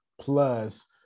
plus